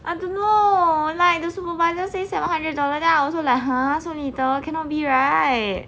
I don't know like the supervisor say seven hundred dollar then I also like !huh! so little cannot be right